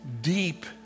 deep